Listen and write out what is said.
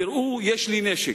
תראו, יש לי נשק.